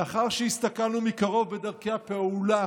לאחר שהסתכלנו מקרוב בדרכי הפעולה